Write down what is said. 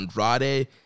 Andrade